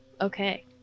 okay